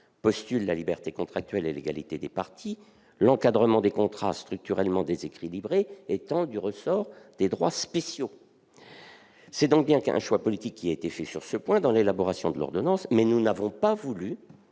postule la liberté contractuelle et l'égalité des parties, l'encadrement des contrats structurellement déséquilibrés étant du ressort des droits spéciaux. C'est donc bien un choix politique qui a été fait sur ce point dans l'élaboration de l'ordonnance, mais nous n'avons pas voulu